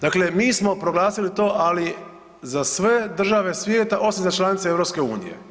Dakle, mi smo proglasili to, ali za sve države svijeta osim za članice EU.